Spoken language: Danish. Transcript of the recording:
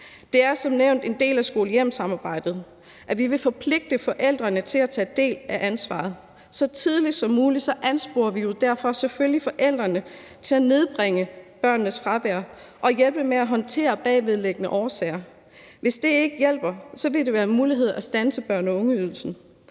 Det er som nævnt en del af skole-hjem-samarbejdet, at vi vil forpligte forældrene til at tage del i ansvaret, og derfor ansporer vi selvfølgelig så tidligt som muligt forældrene til at nedbringe børnenes fravær og hjælpe dem med at håndtere bagvedliggende årsager. Hvis det ikke hjælper, vil det være en mulighed at standse børne- og ungeydelsen.